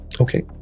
Okay